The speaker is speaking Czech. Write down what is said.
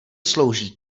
slouží